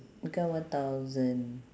become one thousand